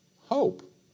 hope